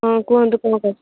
ହଁ କୁହନ୍ତୁ କ'ଣ କହୁ